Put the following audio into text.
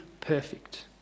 perfect